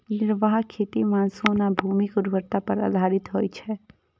निर्वाह खेती मानसून आ भूमिक उर्वरता पर आधारित होइ छै